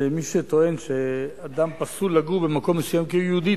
מי שטוען שאדם פסול לגור במקום מסוים כיהודי,